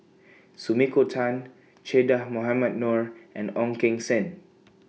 Sumiko Tan Che Dah Mohamed Noor and Ong Keng Sen